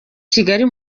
kigali